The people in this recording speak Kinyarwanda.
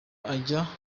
ajya